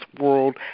world